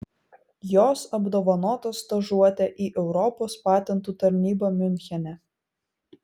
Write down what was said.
jos apdovanotos stažuote į europos patentų tarnybą miunchene